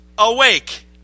awake